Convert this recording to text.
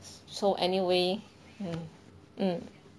so anyway mm mm